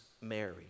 Mary